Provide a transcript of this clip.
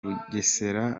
bugesera